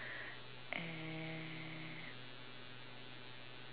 and